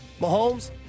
Mahomes